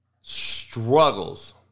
struggles